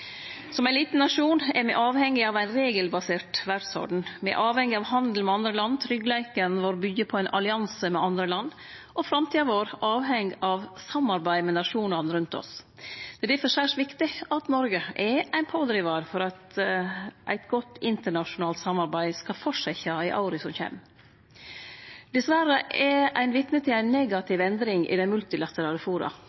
Som ein liten nasjon er me avhengige av ein regelbasert verdsorden. Me er avhengige av handel med andre land, tryggleiken vår byggjer på ein allianse med andre land, og framtida vår avheng av samarbeid med nasjonane rundt oss. Det er difor særs viktig at Noreg er ein pådrivar for at eit godt internasjonalt samarbeid skal fortsetje i åra som kjem. Dessverre er me vitne til